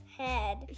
head